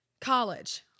college